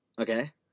Okay